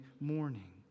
morning